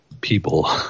people